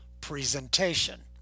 presentation